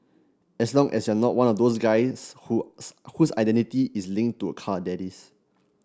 as long as you're not one of those guys whose whose identity is linked to a car that is